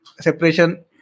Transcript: separation